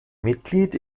mitglied